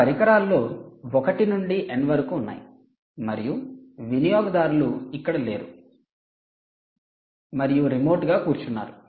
ఈ పరికరాల్లో 1 నుండి n వరకు ఉన్నాయి మరియు వినియోగదారులు ఇక్కడ లేరు మరియు రిమోట్గా కూర్చున్నారు